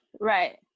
Right